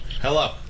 Hello